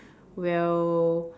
well